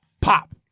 Pop